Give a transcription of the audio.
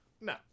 No